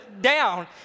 down